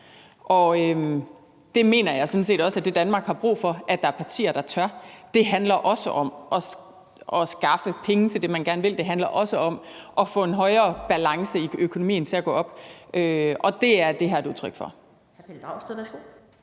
jeg mener sådan set også, at der er brug for, at der er partier, der tør det. Det handler også om at skaffe penge til det, man gerne vil, det handler også om at få balance i økonomien og få det til at gå op i en højere enhed. Og det er det her et udtryk for.